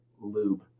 Lube